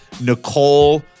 Nicole